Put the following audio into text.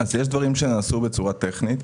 יש דברים שנעשו בצורה טכנית,